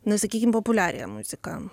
na sakykim populiariąją muziką